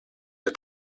der